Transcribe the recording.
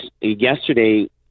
yesterday